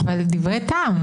אבל דברי טעם.